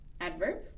Adverb